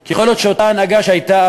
כי יכול להיות שאותה הנהגה שהייתה אז,